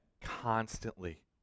constantly